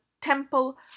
temple